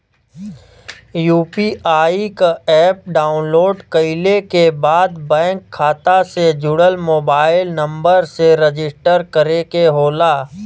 UPI क app download कइले के बाद बैंक खाता से जुड़ल मोबाइल नंबर से रजिस्टर करे के होला